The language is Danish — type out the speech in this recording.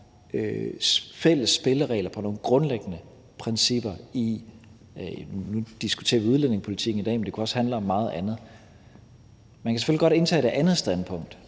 fælles spilleregler på nogle grundlæggende principper. Og nu diskuterer vi udlændingepolitik i dag, men det kan også handle om meget andet. Man kan selvfølgelig godt indtage det andet standpunkt,